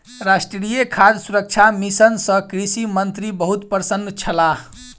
राष्ट्रीय खाद्य सुरक्षा मिशन सँ कृषि मंत्री बहुत प्रसन्न छलाह